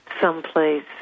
someplace